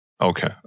Okay